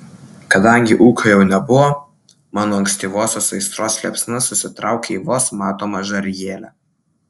kadangi ūkio jau nebuvo mano ankstyvosios aistros liepsna susitraukė į vos matomą žarijėlę